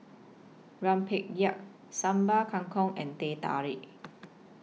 Rempeyek Sambal Kangkong and Teh Tarik